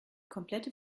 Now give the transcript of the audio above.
komplette